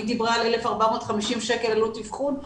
היא דיברה על 1,450 שקל עלות אבחון,